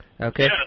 Okay